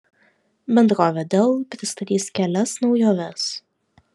bendrovė dell pristatys kelias naujoves